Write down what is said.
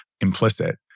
implicit